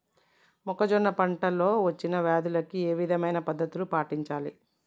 మొక్కజొన్న పంట లో వచ్చిన వ్యాధులకి ఏ విధమైన పద్ధతులు పాటించాలి?